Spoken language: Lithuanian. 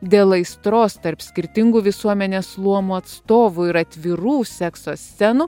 dėl aistros tarp skirtingų visuomenės luomų atstovų ir atvirų sekso scenų